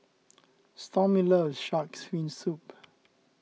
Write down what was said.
Stormy loves Shark's Fin Soup